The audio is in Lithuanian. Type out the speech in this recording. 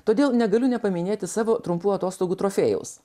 todėl negaliu nepaminėti savo trumpų atostogų trofėjaus